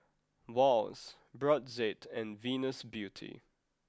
Wall's Brotzeit and Venus Beauty